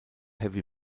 heavy